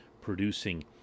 producing